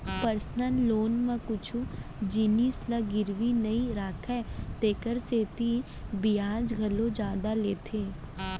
personal loan म कुछु जिनिस ल गिरवी नइ राखय तेकर सेती बियाज घलौ जादा लेथे